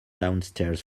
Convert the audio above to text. downstairs